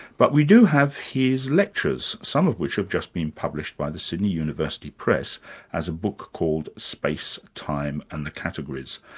but we do have his lectures, some of which have just been published by the sydney university press as a book called space, time and the categories.